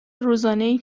روزانهای